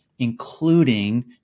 including